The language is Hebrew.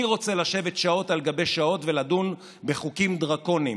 מי רוצה לשבת שעות על גבי שעות ולדון בחוקים דרקוניים?